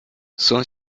son